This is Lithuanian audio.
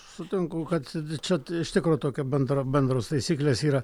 sutinku kad čia iš tikro tokia bendra bendros taisyklės yra